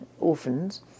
orphans